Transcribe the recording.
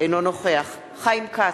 אינו נוכח חיים כץ,